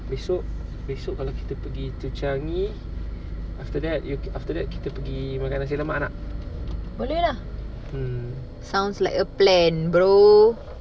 boleh lah sounds like a plan bro